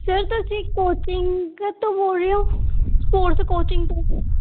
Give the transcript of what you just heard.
sir ਤੁਸੀਂ coaching ਤੋਂ ਬੋਲ ਰਹੇ ਹੋ ਸਪੋਰਟਸ ਕੋਚਿੰਗ ਤੋਂ